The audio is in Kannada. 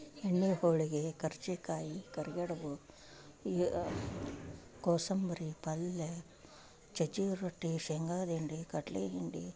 ಎಣ್ಣೆ ಹೋಳಿಗೆ ಕರ್ಜೆ ಕಾಯಿ ಕರಿಗಡಬು ಈ ಕೋಸಂಬರಿ ಪಲ್ಯ ಚಚಿ ರೊಟ್ಟಿ ಶೇಂಗಾದಿಂಡಿ ಕಡಲೆ ಹಿಂಡಿ